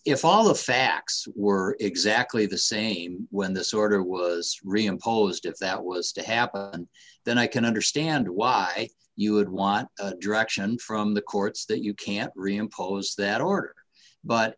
if all the facts were exactly the same when this order was reimposed if that was to happen then i can understand why you would want direction from the courts that you can't reimpose that order but